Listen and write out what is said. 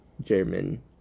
German